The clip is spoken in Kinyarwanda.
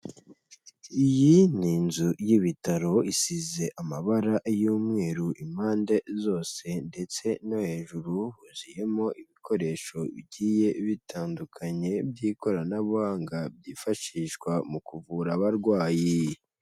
Iyi ni inzu y'ibitaro, isize amabara y'umweru impande zose, ndetse no hejuru, huzuyemo ibikoresho bigiye bitandukanye by'ikoranabuhanga, byifashishwa mu kuvura abarwayi.